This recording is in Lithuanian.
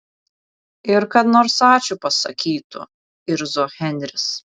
ir kad nors ačiū pasakytų irzo henris